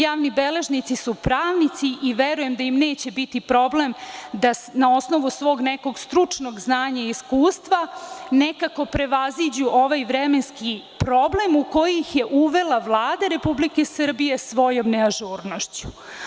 Javni beležnici su pravnici i verujem da im neće biti problem da na osnovu svog nekog stručnog znanja i iskustva nekako prevaziđu ovaj vremenski problem u koji ih je uvela Vlada Republike Srbije svojom neažurnošću.